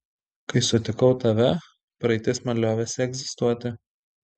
kai sutikau tave praeitis man liovėsi egzistuoti